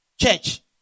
church